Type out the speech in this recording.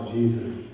Jesus